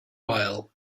while